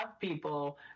people